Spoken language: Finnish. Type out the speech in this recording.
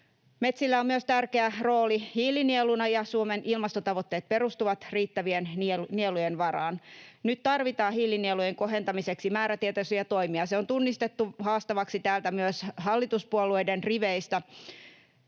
Metsillä on tärkeä rooli myös hiilinieluna, ja Suomen ilmastotavoitteet perustuvat riittävien nielujen varaan. Nyt tarvitaan hiilinielujen kohentamiseksi määrätietoisia toimia — se on tunnistettu haastavaksi täällä myös hallituspuolueiden riveistä.